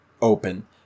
open